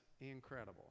incredible